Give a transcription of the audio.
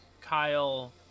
Kyle